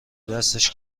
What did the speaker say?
دستش